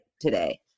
today